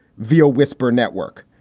veal whisper network.